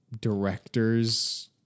director's